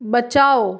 बचाओ